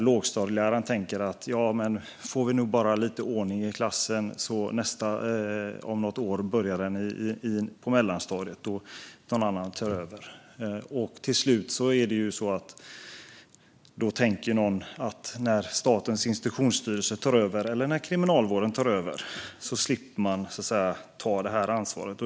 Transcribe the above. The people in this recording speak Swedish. Lågstadieläraren tänker att det måste bara bli lite ordning i klassen, och om något år börjar barnet på mellanstadiet - och då tar någon annan över. Till slut tänker man att när Statens institutionsstyrelse eller Kriminalvården tar över slipper man ta ansvaret.